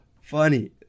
funny